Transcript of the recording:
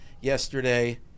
yesterday